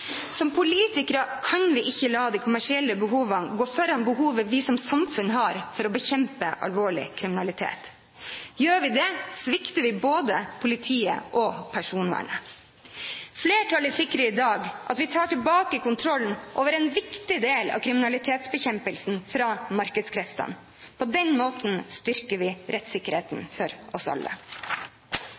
Som politikere kan vi ikke la de kommersielle behovene gå foran behovet vi som samfunn har for å bekjempe alvorlig kriminalitet. Gjør vi det, svikter vi både politiet og personvernet. Flertallet sikrer i dag at vi tar tilbake kontrollen over en viktig del av kriminalitetsbekjempelsen fra markedskreftene. På den måten styrker vi rettssikkerheten for oss alle.